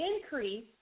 increase